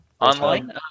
online